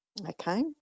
Okay